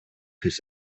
his